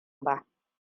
ba